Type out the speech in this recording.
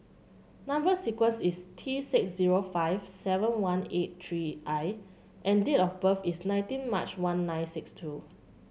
number sequence is T six zero five seven one eight three I and date of birth is nineteen March one nine six two